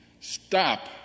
Stop